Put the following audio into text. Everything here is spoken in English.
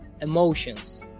emotions